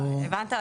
הבנת,